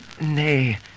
Nay